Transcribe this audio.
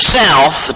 south